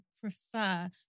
prefer